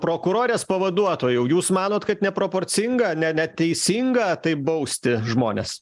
prokurorės pavaduotojau jūs manot kad neproporcinga ne neteisinga taip bausti žmones